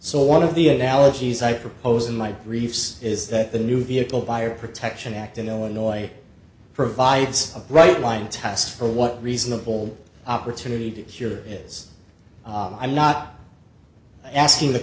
so one of the analogies i propose in my reefs is that the new vehicle buyer protection act in illinois provides a bright line test for what reasonable opportunity to cure is i'm not asking the